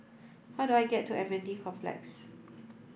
how do I get to M N D Complex